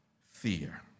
fear